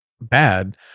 bad